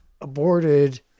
Aborted